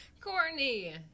Courtney